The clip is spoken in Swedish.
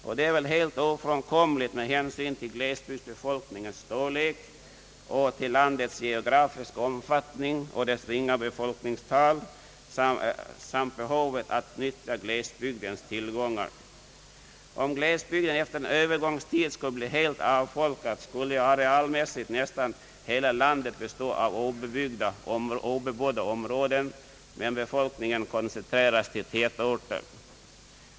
Detta är väl helt ofrånkomligt med - hänsyn till glesbygdsbefolkningens storlek och till landets geografiska omfattning och dess ringa befolkningstal samt behovet att nyttja glesbygdens naturtillgångar. Om glesbygderna efter en Öövergångstid skulle bli helt avfolkade skulle ju arealmässigt nästan hela landet bestå av obebodda områden men befolkningen koncentreras till några tätorter.